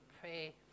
pray